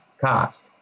cost